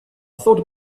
thought